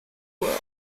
world